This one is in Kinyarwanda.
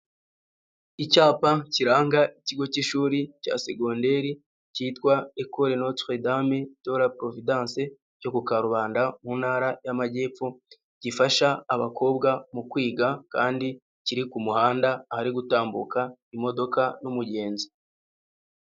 Icyapa kiranga ikigo cy'ishuri cya segonderi cyitwa ekore notere dame dera porovidanse cyo ku Karubanda mu ntara y'amajyepfo, gifasha abakobwa mu kwiga kandi kiri ku muhanda, hari gutambuka imodoka n'umugenzi.